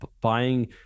buying